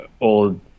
old